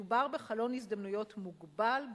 מדובר בחלון הזדמנויות מוגבל,